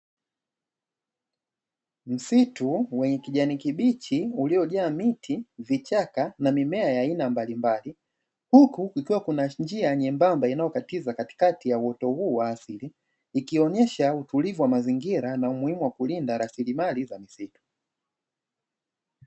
Msitu wenye kijani kibichi uliojaa miti vichaka na mimea ya aina mbalimbali, huku kukiwa na njia nyembamba inayokatiza akatikati ya uoto huu wa asili, ikionyesha utulivu wa maizingira na umuhimu wa kulinda rasilimali za misitu.